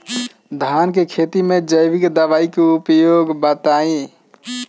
धान के खेती में जैविक दवाई के उपयोग बताइए?